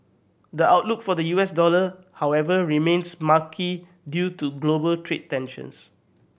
the outlook for the U S dollar however remains murky due to global trade tensions